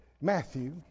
Matthew